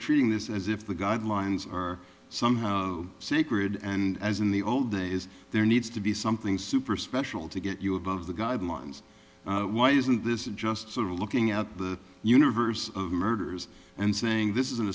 treating this as if the guidelines are somehow sacred and as in the old days there needs to be something super special to get you above the guidelines why isn't this just sort of looking at the universe of murders and saying this is an